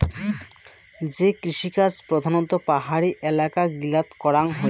যে কৃষিকাজ প্রধানত পাহাড়ি এলাকা গিলাত করাঙ হই